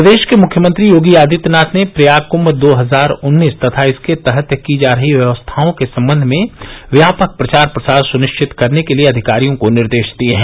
प्रदेष के मुख्यमंत्री योगी आदित्यनाथ ने प्रयाग कुम्भ दो हजार उन्नीस तथा इसके तहत की जा रही व्यवस्थाओं के सम्बंध में व्यापक प्रचार प्रसार सुनिष्चित करने के लिए अधिकारियों को निर्देष दिए हैं